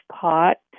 pot